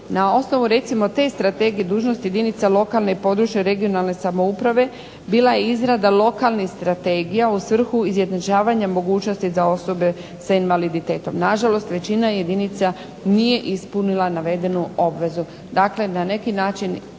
Na osnovu recimo te strategije dužnost jedinica lokalne i područne (regionalne) samouprave bila i izrada lokalnih strategija u svrhu izjednačavanja mogućnosti za osobe sa invaliditetom. Na žalost većina jedinica nije ispunila navedenu obvezu.